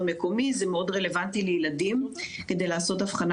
מקומי זה מאוד רלוונטי לילדים כדי לעשות הבחנה